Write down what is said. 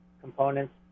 components